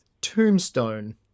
Tombstone